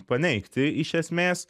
paneigti iš esmės